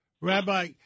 Rabbi